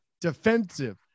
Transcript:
Defensive